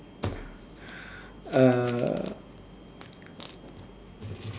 uh